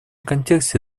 контексте